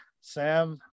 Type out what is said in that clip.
Sam